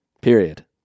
Period